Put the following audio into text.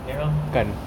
you know